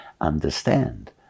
understand